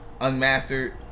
unmastered